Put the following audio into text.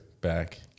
back